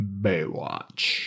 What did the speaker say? Baywatch